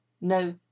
no